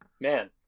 man